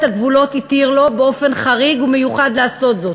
הגבולות התיר לו באופן חריג ומיוחד לעשות זאת,